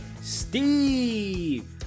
Steve